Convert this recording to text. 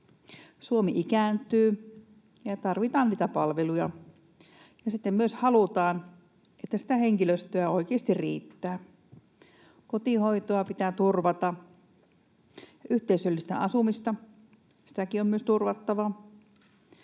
Suomi ikääntyy, tarvitaan niitä palveluja ja sitten myös halutaan, että sitä henkilöstöä oikeasti riittää. Kotihoitoa pitää turvata, yhteisöllistä asumista, sitäkin on turvattava.